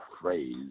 phrase